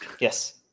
yes